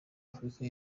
afurika